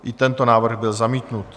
I tento návrh byl zamítnut.